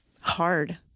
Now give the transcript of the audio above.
hard